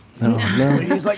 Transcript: No